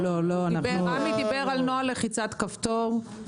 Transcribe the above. רמי דיבר על נוהל לחיצת כפתור.